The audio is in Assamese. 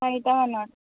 চাৰিটামানত